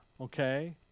okay